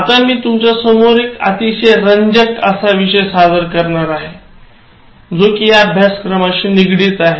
आता मी तुमच्यासमोर एक अतिशय रंजक विषय सादर करणार आहे जो कि या अभ्यासक्रमाशी निगडित आहे